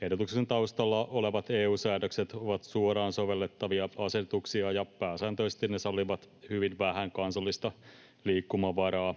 Ehdotuksen taustalla olevat EU-säädökset ovat suoraan sovellettavia asetuksia, ja pääsääntöisesti ne sallivat hyvin vähän kansallista liikkumavaraa.